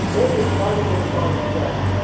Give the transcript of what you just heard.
or it was hiding in plain sight.